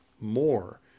more